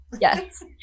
Yes